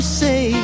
say